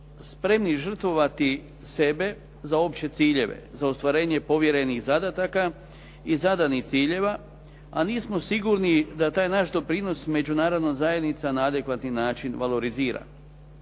spremni žrtvovati sebe za opće ciljeve, za ostvarenje povjerenih zadataka i zadanih ciljeva, a nismo sigurni da taj naš doprinos Međunarodna zajednica na adekvatni način valorizira.